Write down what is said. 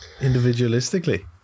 individualistically